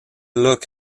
looked